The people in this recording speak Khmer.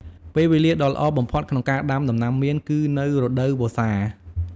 ពេលវេលាដ៏ល្អបំផុតក្នុងការដាំដំណាំមៀន គឺនៅ រដូវវស្សា។